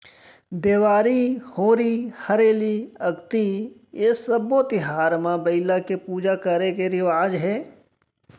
देवारी, होरी हरेली, अक्ती ए सब्बे तिहार म बइला के पूजा करे के रिवाज हे